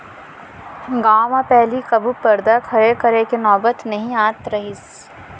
गॉंव म पहिली कभू परदा खड़ा करे के नौबत नइ आत रहिस